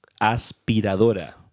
aspiradora